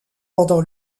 pendant